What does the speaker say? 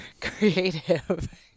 creative